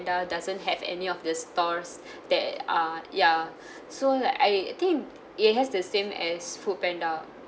doesn't have any of the stores that uh ya so like I think it has the same as foodpanda